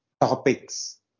topics